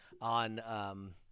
on